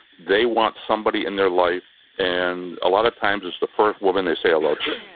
they want somebody in their life and a lot of times it's the first woman they say hello to.